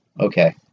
Okay